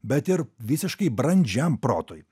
bet ir visiškai brandžiam protui